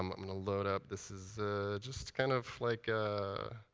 um i'm going to load up this is a just kind of like a